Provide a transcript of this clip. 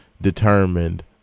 determined